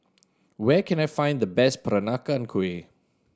where can I find the best Peranakan Kueh